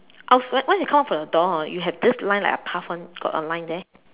uh what you you come out from the door hor you have this line like a path [one] got a line there